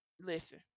Listen